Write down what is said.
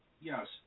Yes